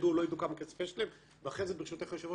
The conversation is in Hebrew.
ברשותך היושבת-ראש,